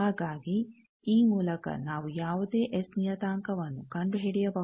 ಹಾಗಾಗಿ ಈ ಮೂಲಕ ನಾವು ಯಾವುದೇ ಎಸ್ ನಿಯತಾಂಕವನ್ನು ಕಂಡುಹಿಡಿಯಬಹುದು